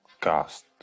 cast